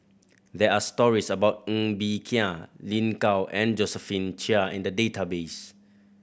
there are stories about Ng Bee Kia Lin Gao and Josephine Chia in the database